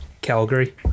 Calgary